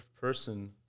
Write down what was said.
person